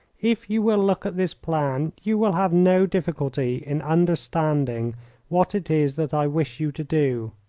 if you will look at this plan you will have no difficulty in understanding what it is that i wish you to do.